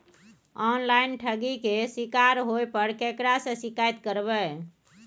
Online ठगी के शिकार होय पर केकरा से शिकायत करबै?